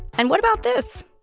and what about this?